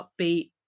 upbeat